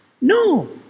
No